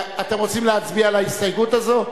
אתם רוצים להצביע על ההסתייגות הזאת?